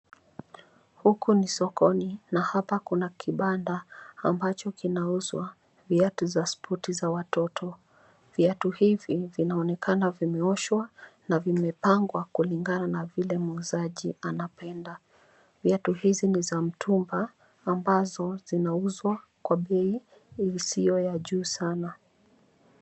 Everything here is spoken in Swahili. Huku ni sokoni na hapa kuna kibanda ambacho kinauzwa viatu za spoti za watoto. Viatu hivi vinaonekana vimeoshwa na vimepangwa kulingana na vile muuzaji anapenda. Viatu hizi ni za mtumba ambazo zinauzwa kwa bei isiyo ya juu sana.